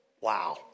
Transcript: Wow